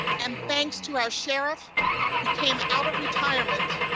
and thanks to our sheriff who came out of retirement